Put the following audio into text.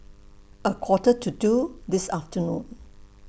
A Quarter to two This afternoon